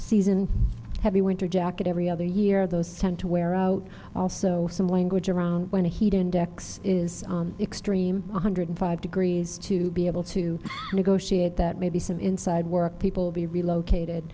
season heavy winter jacket every other year those tend to wear out also some language around when the heat index is extreme one hundred five degrees to be able to negotiate that maybe some inside work people be relocated